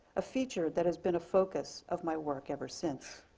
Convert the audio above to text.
a feature that has been a focus of my work ever since.